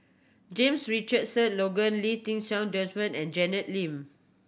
James Richardson Logan Lee Ti Seng Desmond and Janet Lim